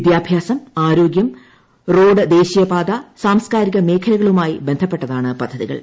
വിദ്യാഭ്യാസം ആരോഗ്യം റോഡ് ദേശീയപാത സാംസ്കാരിക മേഖലകളുമായി ബന്ധപ്പെട്ടതാണ് പദ്ധതികൾ